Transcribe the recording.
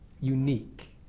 unique